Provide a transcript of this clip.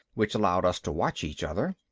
which allowed us to watch each other.